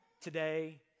today